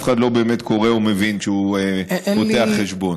אחד לא באמת קורא ומבין כשהוא פותח חשבון.